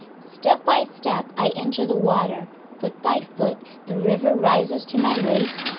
step by step i enter the water foot by foot the river rises to my waist,